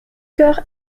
chœur